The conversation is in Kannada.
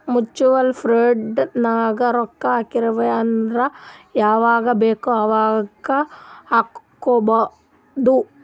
ಮ್ಯುಚುವಲ್ ಫಂಡ್ ನಾಗ್ ರೊಕ್ಕಾ ಹಾಕ್ತಿವ್ ಅಂದುರ್ ಯವಾಗ್ ಬೇಕ್ ಅವಾಗ್ ಹಾಕ್ಬೊದ್